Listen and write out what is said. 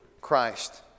Christ